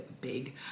big